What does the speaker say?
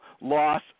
loss